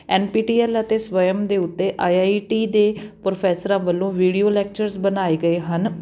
N P T L ਅਤੇ ਸਵਯਮ ਦੇ ਉੱਤੇ ਆਈ ਆਈ ਟੀ ਦੇ ਪ੍ਰੋਫੈਸਰਾਂ ਵੱਲੋਂ ਵੀਡੀਓ ਲੈਕਚਰਸ ਬਣਾਏ ਗਏ ਹਨ